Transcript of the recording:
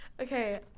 Okay